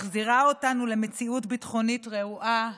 מחזירה אותנו למציאות ביטחונית רעועה